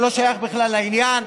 זה לא שייך בכלל לעניין.